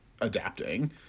adapting